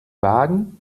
wagen